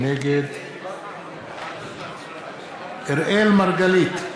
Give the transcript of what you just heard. נגד אראל מרגלית,